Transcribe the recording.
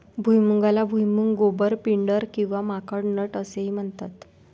भुईमुगाला भुईमूग, गोबर, पिंडर किंवा माकड नट असेही म्हणतात